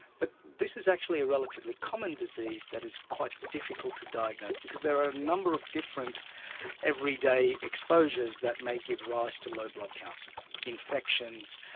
but this is actually a relatively common disease that is quite difficult to diagnose, because there are a number of different everyday exposures that may give rise to low blood counts infections,